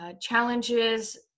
challenges